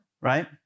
right